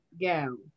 gown